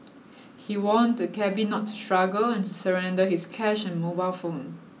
he warned the cabby not to struggle and to surrender his cash and mobile phone